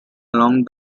along